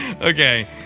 Okay